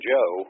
Joe